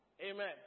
Amen